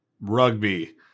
rugby